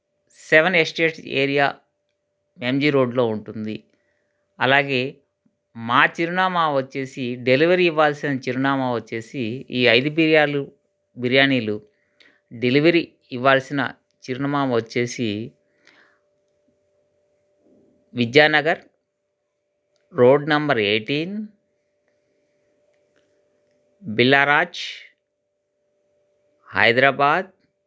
seven estates area M G రోడ్లో ఉంటుంది అలాగే మా చిరునామా వచ్చేసి డెలివరీ ఇవ్వాల్సిన చిరునామా వచ్చేసి ఈ ఐదు బిర్యాలు బిర్యానీలు డెలివరీ ఇవ్వాల్సిన చిరునామా వచ్చేసి విద్యానగర్ రోడ్ నెంబర్ ఎయిటీన్ బిలారాజ్ హైదరాబాద్